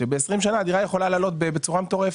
שב-20 שנה הדירה יכולה לעלות בצורה מטורפת.